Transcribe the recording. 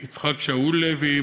יצחק שאול לוי,